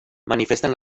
manifesten